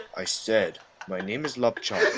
i said my name is lapchung.